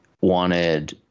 wanted